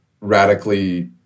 radically